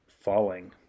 falling